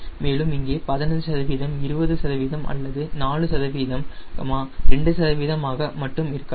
மேலும் இங்கே 15 சதவீதம் 20 சதவீதம் அல்லது 4 சதவீதம் 2 சதவீதம் ஆக மட்டும் இருக்கலாம்